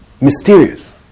Mysterious